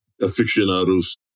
aficionados